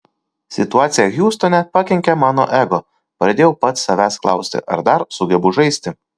situacija hjustone pakenkė mano ego pradėjau pats savęs klausti ar dar sugebu žaisti